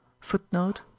Footnote